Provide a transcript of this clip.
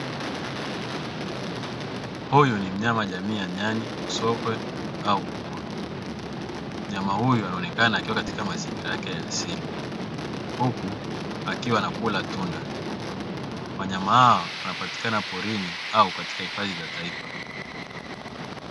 Huyu ni mnyama jamii ya nyani, sokwe au kunguru. Mnyama huyu anaonekana akiwa katika mazingira yake ya asili, huku akiwa anakula tunda. Wanyama hawa wanapatikana porini au katika hifadhi za taifa.